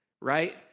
right